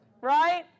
right